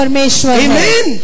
Amen